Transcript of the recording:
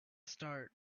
start